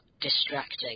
distracting